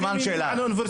סימן שאלה,